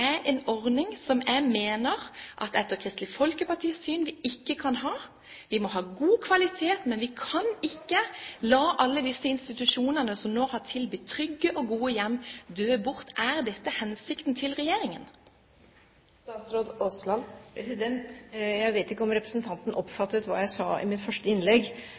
en ordning som vi etter Kristelig Folkepartis syn ikke kan ha. Vi må ha god kvalitet, men vi kan ikke la alle disse institusjonene som nå tilbyr trygge og gode hjem, dø bort. Er dette regjeringens hensikt? Jeg vet ikke om representanten oppfattet hva jeg sa i mitt første innlegg